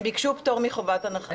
הסביבה): הם ביקשו פטור מחובת הנחה,